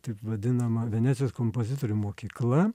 taip vadinama venecijos kompozitorių mokykla